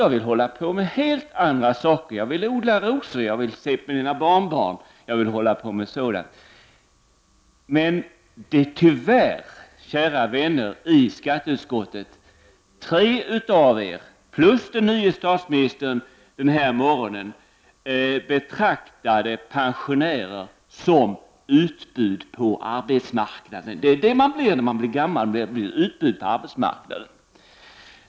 Jag vill hålla på med helt andra saker. Jag vill odla rosor, se efter mina barnbarn och hålla på med sådana saker. Men tyvärr, kära vänner i skatteutskottet, betraktar tre av er plus den nye statsministern denna morgon pensionärer som utbud på arbetsmarknaden. Det är det man blir när man blir gammal: utbud på arbetsmarknaden.